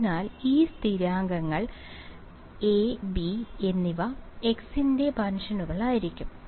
അതിനാൽ ഈ സ്ഥിരാങ്കങ്ങൾ A B എന്നിവ x ന്റെ ഫംഗ്ഷനുകളായിരിക്കും